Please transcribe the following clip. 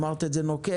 אמרת את זה באופן נוקב,